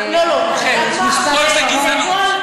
משפט אחרון.